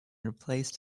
replaced